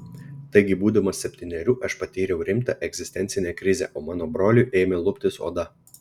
taigi būdamas septynerių aš patyriau rimtą egzistencinę krizę o mano broliui ėmė luptis oda